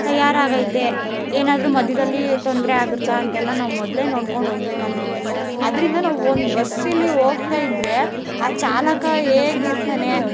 ತಯಾರಾಗೈತೆ ಏನಾದರೂ ಮಧ್ಯದಲ್ಲಿ ತೊಂದರೆ ಆಗುತ್ತಾ ಅಂತೆಲ್ಲ ನಾವು ಮೊದಲೇ ನೋಡ್ಕೊಂಡು ಹೋಗಬೇಕಾಗಿರುತ್ತೆ ಆದ್ದರಿಂದ ನಾವೊಂದು ಬಸ್ಸಲ್ಲಿ ಹೋಗ್ತಾ ಇದ್ದರೆ ಆ ಚಾಲಕ ಹೇಗಿರ್ತಾನೆ